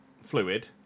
fluid